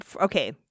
Okay